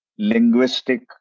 linguistic